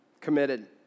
committed